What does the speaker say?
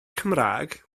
cymraeg